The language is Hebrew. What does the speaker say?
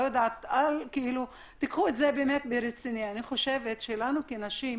לנו כנשים,